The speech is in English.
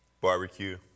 barbecue